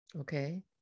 okay